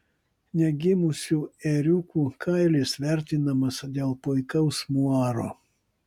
negimusių ėriukų kailis vertinamas dėl puikaus muaro